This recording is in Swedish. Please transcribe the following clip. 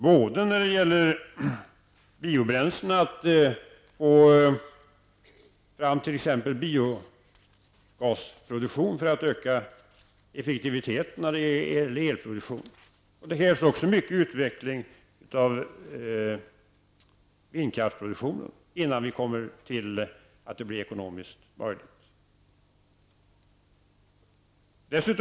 När det gäller biobränslena måste vi t.ex. få fram biogasproduktion för att öka effektiviteten i elproduktionen. Det krävs även en utveckling av vindkraftsproduktionen, innan det blir ekonomiskt möjligt.